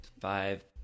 Five